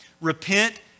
repent